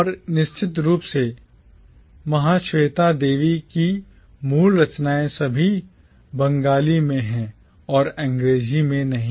और निश्चित रूप से महाश्वेता देवी की मूल रचनाएं सभी बंगाली में हैं और अंग्रेजी में नहीं